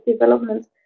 development